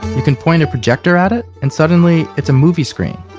you can point a projector at it and suddenly it's a movie screen.